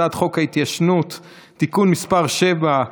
הצעת חוק ההתיישנות (תיקון מס' 7),